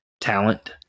talent